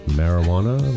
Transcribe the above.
marijuana